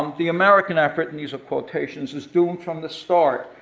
um the american effort, and these are quotations, is doomed from the start.